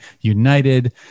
united